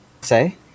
say